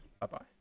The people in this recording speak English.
Bye-bye